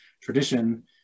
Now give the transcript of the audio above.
tradition